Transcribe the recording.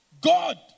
God